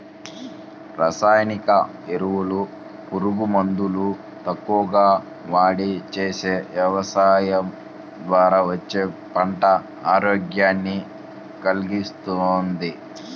రసాయనిక ఎరువులు, పురుగు మందులు తక్కువగా వాడి చేసే యవసాయం ద్వారా వచ్చే పంట ఆరోగ్యాన్ని కల్గిస్తది